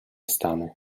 stany